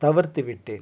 தவிர்த்து விட்டேன்